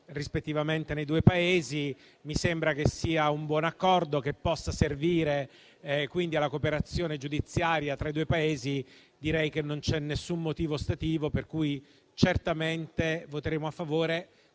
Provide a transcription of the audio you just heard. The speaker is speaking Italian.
rispettivamente nei due Paesi. Mi sembra che sia un buon Accordo che può servire alla cooperazione giudiziaria tra i due Paesi. Direi che non c'è alcun motivo ostativo, per cui certamente voteremo a favore,